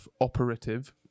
operative